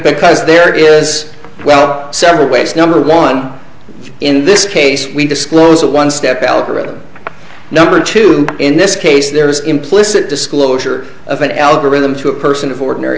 because there is well several ways number one in this case we disclose it one step algorithm number two in this case there is implicit disclosure of an algorithm to a person of ordinary